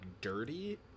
dirty